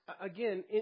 again